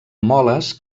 moles